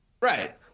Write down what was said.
Right